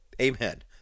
amen